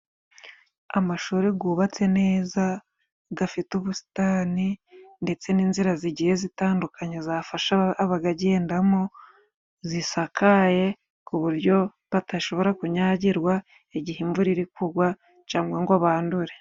Amashuri gubatse neza， gafite ubusitani ndetse n'inzira zigiye zitandukanye， zafasha abagagendamo，zisakaye，ku buryo batashobora kunyagirwa igihe imvura iri kugwa cyangwa ngo bandure.